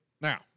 Now